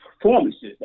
performances